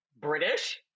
British